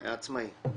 עצמאי.